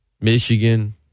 Michigan